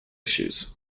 issues